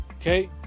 okay